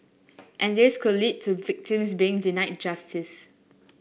and this could lead to victims being denied justice